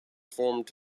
formed